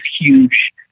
huge